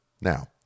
Now